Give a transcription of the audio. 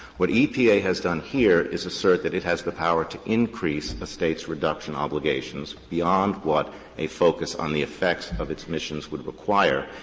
what epa has done here is assert that it has the power to increase a state's reduction obligations beyond what a focus on the effects of its emissions would require,